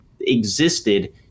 existed